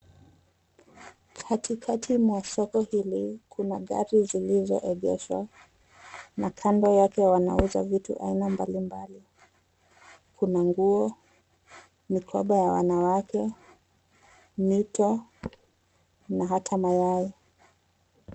Katikati mwa soko hili kuna gari zilizoegeshwa na kando yake wanauza vitu aina mbalimbali. Kuna nguo, mikoba ya wanawake, mito na hata mayai.